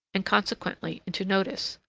and consequently into notice.